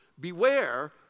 beware